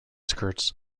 skirts